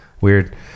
Weird